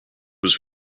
was